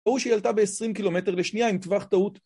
או שהיא עלתה ב-20 קילומטר לשנייה עם טווח טעות